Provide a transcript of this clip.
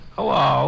Hello